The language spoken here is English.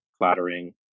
flattering